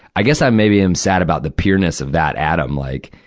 i guess i'm maybe am sad about the pureness of that adam, like.